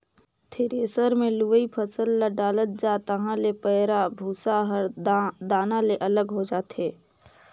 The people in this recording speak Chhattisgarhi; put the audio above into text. थेरेसर मे लुवय फसल ल डालत जा तहाँ ले पैराःभूसा हर दाना ले अलग हो जाथे